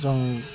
जों